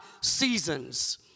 seasons